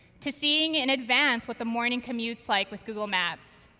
to seeing in advance what the morning commute's like with google maps.